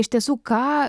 iš tiesų ką